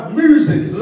music